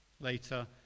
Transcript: later